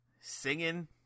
singing